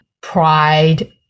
pride